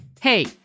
Hey